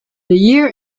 year